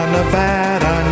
Nevada